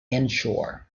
inshore